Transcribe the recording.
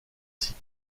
six